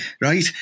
right